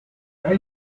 thank